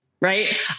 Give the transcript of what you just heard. right